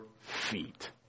feet